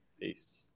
Peace